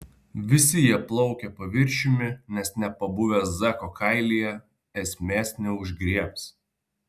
visi jie plaukia paviršiumi nes nepabuvę zeko kailyje esmės neužgriebs